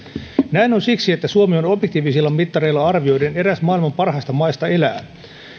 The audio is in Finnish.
näin on siksi että suomi on objektiivisilla mittareilla arvioiden eräs maailman parhaista maista elää